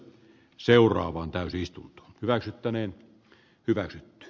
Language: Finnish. seuraavan täysistunto hyväksyttäneen hyväksytty